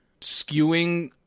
skewing